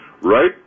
right